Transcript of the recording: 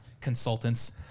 consultants-